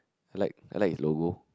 I like I like his logo